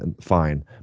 fine